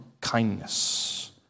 kindness